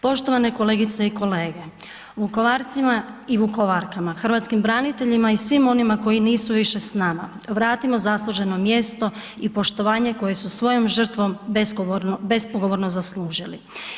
Poštovane kolegice i kolege, Vukovarcima i Vukovarkama, hrvatskim braniteljima i svima onima koji nisu više s nama vratimo zasluženo mjesto i poštovanje koje su svojom žrtvom bespogovorno zaslužili.